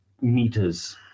meters